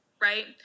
right